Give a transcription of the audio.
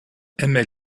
aimait